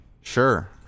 Sure